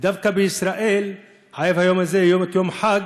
ודווקא בישראל חייב היום הזה להיות יום חג,